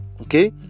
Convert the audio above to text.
Okay